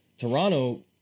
Toronto